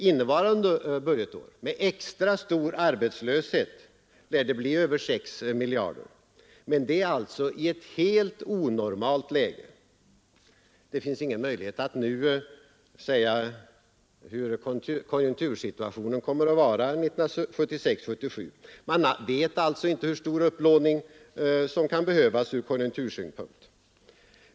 Innevarande budgetår med extra stor arbetslöshet lär det bli över 6 miljarder. Men det är alltså i ett helt onormalt läge. Det finns ingen möjlighet att nu säga hur konjunktursituationen kommer att vara 1976/77. Man vet alltså inte hur stor upplåning som kan behövas ur konjunktursynpunkt.